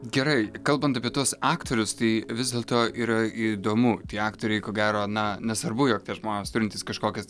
gerai kalbant apie tuos aktorius tai vis dėlto yra įdomu tie aktoriai ko gero na nesvarbu jog tie žmonės turintys kažkokias